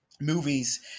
movies